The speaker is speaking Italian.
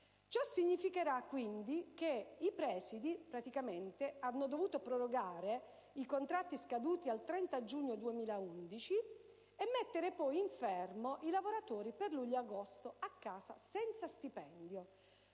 Ciò ha significato, quindi che i presidi hanno dovuto prorogare i contratti scaduti al 30 giugno 2011 e mettere poi in fermo i lavoratori per luglio e agosto (a casa senza stipendio),